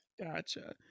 Gotcha